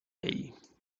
vell